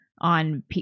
on